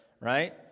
right